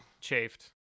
chafed